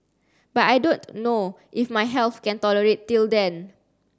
but I don't know if my health can tolerate till then